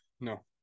no